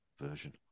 version